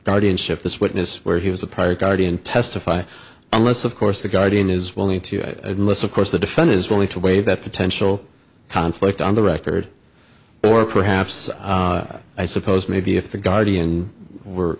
guardianship this witness where he was a prior guardian testify unless of course the guardian is willing to it unless of course the defense is willing to waive that potential conflict on the record or perhaps i suppose maybe if the guardian were